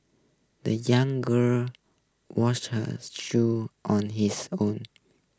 the young girl washed her's shoes on his own